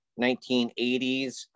1980s